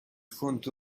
front